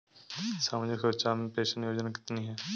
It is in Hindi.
सामाजिक सुरक्षा पेंशन योजना कितनी हैं?